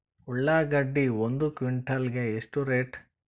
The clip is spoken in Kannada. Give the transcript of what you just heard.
ಉಳ್ಳಾಗಡ್ಡಿ ಒಂದು ಕ್ವಿಂಟಾಲ್ ಗೆ ಎಷ್ಟು ರೇಟು?